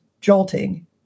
jolting